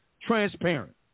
transparent